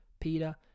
Peter